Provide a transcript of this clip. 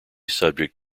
subject